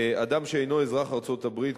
אדם שאינו אזרח ארצות-הברית,